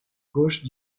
gauche